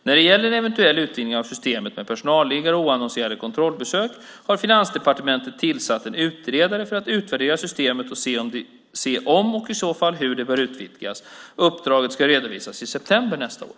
När det gäller en eventuell utvidgning av systemet med personalliggare och oannonserade kontrollbesök har Finansdepartementet tillsatt en utredare för att utvärdera systemet och se om och i så fall hur det bör utvidgas. Uppdraget ska redovisas i september nästa år.